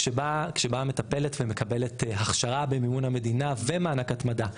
כשבאה מטפלת ומקבלת הכשרה במימון המדינה ומענק התמדה,